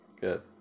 Good